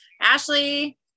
Ashley